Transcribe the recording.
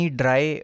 dry